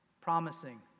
Promising